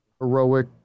heroic